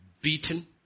Beaten